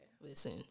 Listen